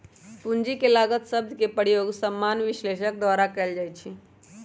पूंजी के लागत शब्द के प्रयोग सामान्य विश्लेषक द्वारा कएल जाइ छइ